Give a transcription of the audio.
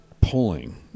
pulling